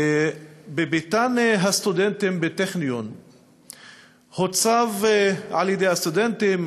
בביתן הסטודנטים בטכניון הוצב על-ידי הסטודנטים,